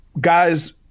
guys